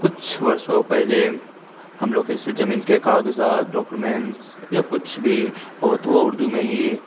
کچھ برسوں پہلے ہم لوگ کسی زمین کے کاغذات ڈاکیومینٹس یا کچھ بھی ہوتے وہ اردو میں ہی